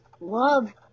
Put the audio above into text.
love